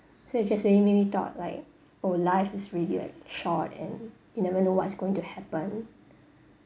so it just really made me thought like oh life is really like short and you never know what's going to happen